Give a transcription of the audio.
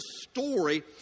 story